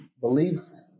believes